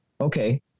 Okay